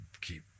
keep